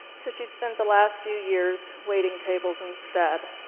so she'd spent the last few years waiting tables instead.